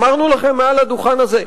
אמרנו לכם מעל הדוכן הזה,